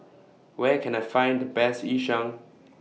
Where Can I Find The Best Yu Sheng